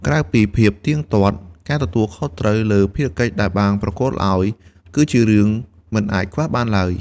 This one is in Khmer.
ក្រៅពីភាពទៀងទាត់ ការទទួលខុសត្រូវលើភារកិច្ចដែលបានប្រគល់ឲ្យ គឺជារឿងមិនអាចខ្វះបានឡើយ។